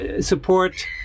support